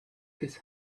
his